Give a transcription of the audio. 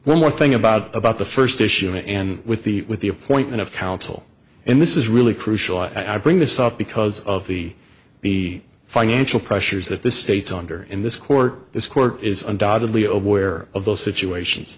one more thing about about the first issue and with the with the appointment of counsel and this is really crucial i bring this up because of the the financial pressures that the states under in this court this court is undoubtedly aware of those situations